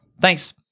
Thanks